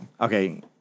Okay